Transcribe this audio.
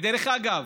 דרך אגב,